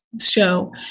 show